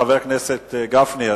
חבר הכנסת גפני,